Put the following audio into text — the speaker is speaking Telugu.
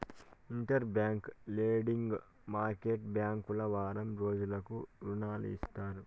ఇంటర్ బ్యాంక్ లెండింగ్ మార్కెట్టు బ్యాంకులు వారం రోజులకు రుణాలు ఇస్తాయి